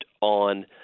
on